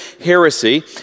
heresy